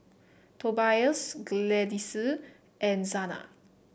Tobias Gladyce and Zana